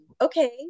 okay